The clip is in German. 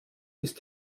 ist